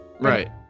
Right